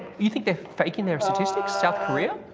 you think they're faking their statistics? south korea,